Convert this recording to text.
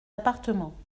appartements